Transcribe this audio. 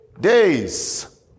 days